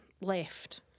left